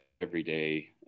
everyday